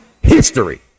history